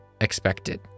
expected